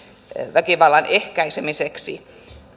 väkivallan ehkäisemiseksi